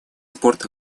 спорт